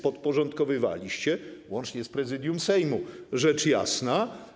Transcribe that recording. podporządkowywaliście, łącznie z Prezydium Sejmu, rzecz jasna?